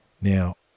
Now